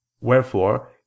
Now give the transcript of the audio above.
Wherefore